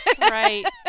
right